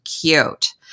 cute